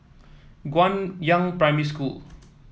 Guangyang Primary School